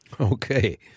Okay